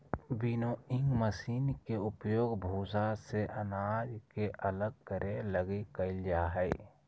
winnowing machine के उपयोग भूसा से अनाज के अलग करे लगी कईल जा हइ